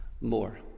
more